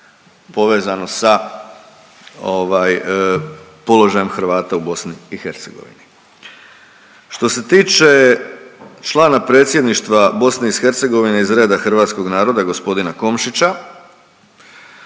povezano sa položajem Hrvata u BiH. Što se tiče člana Predsjedništva BiH iz reda hrvatskog naroda gospodina Komšića,